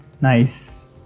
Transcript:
Nice